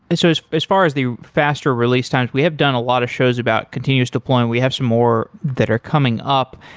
and so as as far as the faster release times, we have done a lot of shows about continues deployment. we have some more that are coming up.